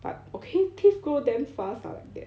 but okay teeth grow damn fast ah like that